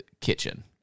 kitchen